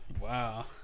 Wow